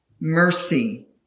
mercy